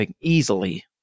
easily